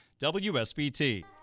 WSBT